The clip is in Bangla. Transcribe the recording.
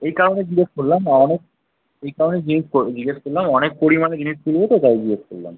এই কারণে জিজ্ঞেস করলাম অনেক এই কারণে জিজ্ঞেস ক জিজ্ঞেস করলাম অনেক পরিমাণে জিনিস তুলবো তো তাই জিজ্ঞেস করলাম